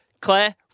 Claire